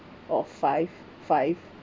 or five five